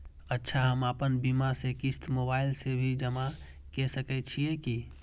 अच्छा हम आपन बीमा के क़िस्त मोबाइल से भी जमा के सकै छीयै की?